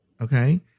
Okay